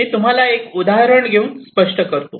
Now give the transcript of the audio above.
मी तुम्हाला एक उदाहरण घेऊन स्पष्ट करतो